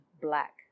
black